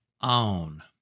on